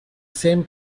same